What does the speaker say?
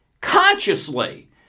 consciously